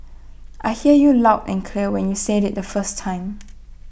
I heard you loud and clear when you said IT the first time